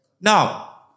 Now